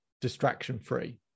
distraction-free